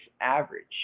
average